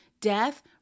death